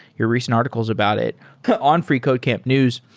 your recent articles about it on freecodecamp news.